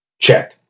Check